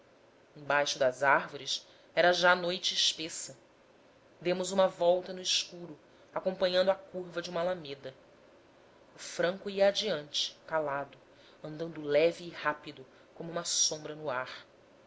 embaixo das árvores era já noite espessa demos uma volta no escuro acompanhando a curva de uma alameda o franco ia adiante calado andando leve e rápido como uma sombra no ar